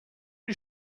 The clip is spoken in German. die